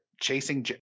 chasing